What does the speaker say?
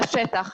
לשטח,